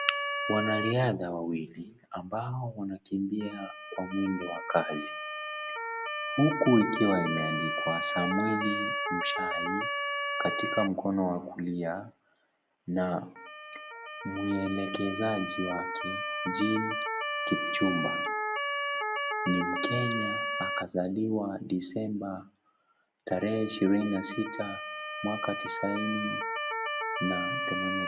Wanariadha wawili, ambao wanakimbia kwa mwendo wa kasi, huku ikiwa imeandikwa Samwel Muchai katika mkono wa kulia na mwelekezaji wake Jean Kipchumba. Ni mkenya akazaliwa Disemba tarehe ishirini na sita mwaka tisaini themanini.